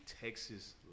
Texas